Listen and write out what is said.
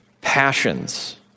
passions